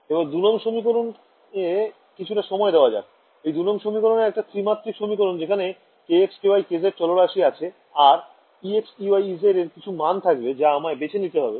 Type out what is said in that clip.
এবার ২ নং সমীকরণ এ কিছুটা সময় দেওয়া যাক এই ২ নং সমীকরণ একটা ত্রিমাত্রিক সমীকরণ যেখানে kx ky kz চলরাশি আছে আর ex ey ez এর কিছু মাণ থাকবে যা আমায় বেছে নিতে হবে